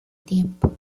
tiempo